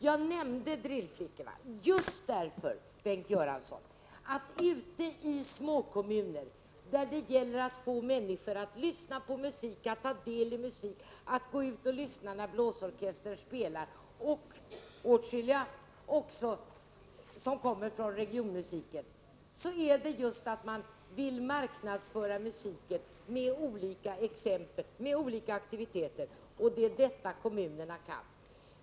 Jag nämnde Drillflickorna just därför, Bengt Göransson, att man ute i småkommunerna vill marknadsföra musiken med olika aktiviteter: Det gäller att få människor att lyssna på musik, att ta del av musiklivet, gå ut och lyssna när blåsorkestrarna spelar och också åtskilliga som kommer från regionmusiken. Det är detta som kommunerna kan!